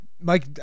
Mike